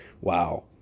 wow